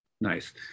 Nice